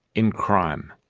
in crime.